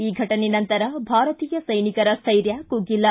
ಈ ಘಟನೆ ನಂತರ ಭಾರತೀಯ ಸೈನಿಕರ ಸ್ಟೈರ್ಯ ಕುಗ್ಗಿಲ್ಲ